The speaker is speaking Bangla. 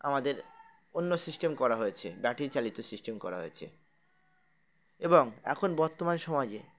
আমাদের অন্য সিস্টেম করা হয়েছে ব্যাটারি চালিত সিস্টেম করা হয়েছে এবং এখন বর্তমান সমাজে